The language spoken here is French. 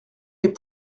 les